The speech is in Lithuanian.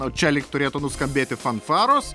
o čia lyg turėtų nuskambėti fanfaros